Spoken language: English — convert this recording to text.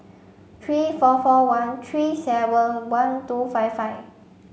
three four four one three seven one two five five